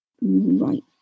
Right